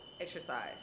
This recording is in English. exercise